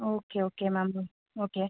okay okay ma'am okay